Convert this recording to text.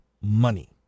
money